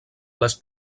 les